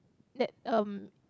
that um